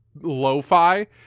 lo-fi